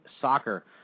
Soccer